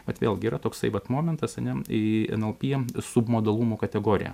bet vėlgi yra toksai vat momentas ane nlp submodalumų kategorija